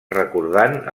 recordant